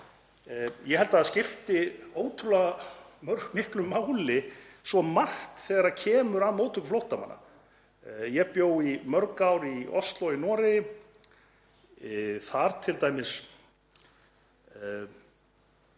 Ég held að það skipti ótrúlega miklu máli svo margt þegar kemur að móttöku flóttamanna. Ég bjó mörg ár í Ósló í Noregi. Þar t.d.